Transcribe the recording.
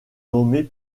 nommés